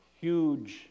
huge